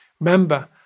Remember